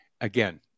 again